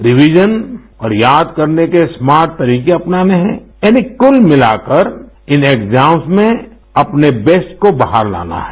revision और याद करने के स्मार्ट तरीके अपनाने हैं यानी कल मिलाकर इन एग्जा म्सज में अपने बेस्टी को बाहर लाना है